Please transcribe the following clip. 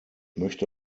möchte